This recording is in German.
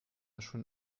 schon